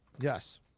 yes